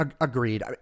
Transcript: Agreed